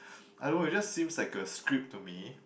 I don't know it just seems like a script to me